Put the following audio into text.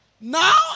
Now